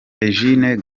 eugene